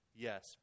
Yes